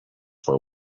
were